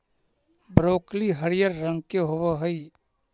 broccoli हरियर रंग के होब हई